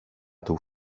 του